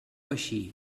així